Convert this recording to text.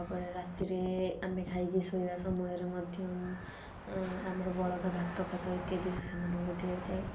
ତା'ପରେ ରାତିରେ ଆମେ ଖାଇକି ଶୋଇବା ସମୟରେ ମଧ୍ୟ ଆମର ବଳକା ଭାତ ଫାତ ଇତ୍ୟାଦି ସେମାନଙ୍କୁ ଦିଆଯାଏ